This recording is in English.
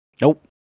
Nope